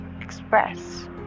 express